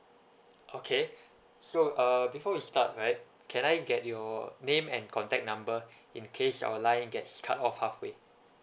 okay so uh before we start right can I get your name and contact number in case our line gets cut off halfway